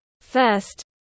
First